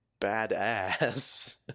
Badass